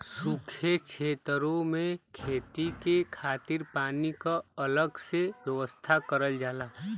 सूखे छेतरो में खेती के खातिर पानी क अलग से व्यवस्था करल जाला